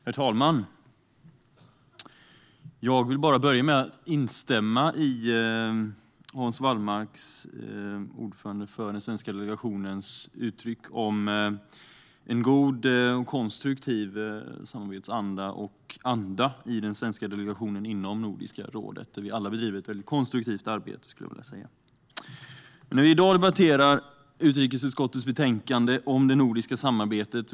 Herr talman! Jag instämmer i det som Hans Wallmark, ordförande för den svenska delegationen, uttryckte om en god och konstruktiv samarbetsanda och anda i den svenska delegationen inom Nordiska rådet. Där bedriver vi alla ett väldigt konstruktivt arbete, skulle jag vilja säga. Vi debatterar i dag utrikesutskottets betänkande om det nordiska samarbetet.